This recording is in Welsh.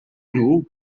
nhw